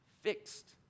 fixed